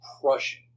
crushing